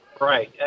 Right